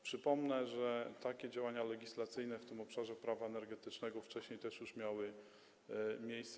Przypomnę, że takie działania legislacyjne w tym obszarze Prawa energetycznego wcześniej też miały już miejsce.